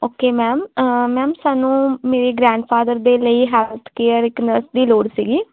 okay ma'am ma'am ਸਾਨੂੰ ਮੇਰੇ grandfather ਦੇ ਲਈ ਹੈਲਥ ਕੇਅਰ ਇੱਕ ਨਰਸ ਦੀ ਲੋੜ ਸੀਗੀ